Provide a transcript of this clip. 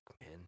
man